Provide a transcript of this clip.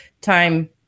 time